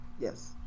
Yes